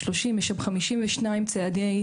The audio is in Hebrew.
שיתייחס להיבטי היערכות לשינויי